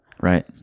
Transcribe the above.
Right